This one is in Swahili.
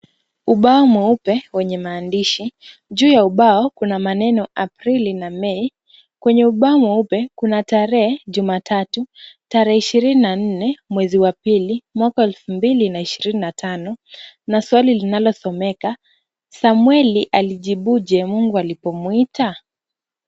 Ubao mweupe wenye maandishi, juu ya ubao kuna maneno, Aprili na Mei, kwenye ubao mweupe kuna tarehe Jumatatu, tarehe ishirini na nne mwezi wa pili mwaka wa elfu mbili na ishirini na tano na swali linalosomeka Samueli alijibuje Mungu alipomwita?